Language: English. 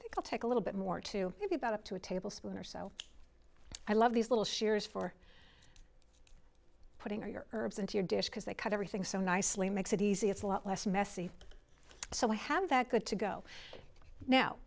think i'll take a little bit more to be about up to a tablespoon or so i love these little shears for putting your herbs into your dish because they cut everything so nicely makes it easy it's a lot less messy so i have that good to go now